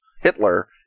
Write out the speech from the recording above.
Hitler